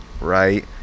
Right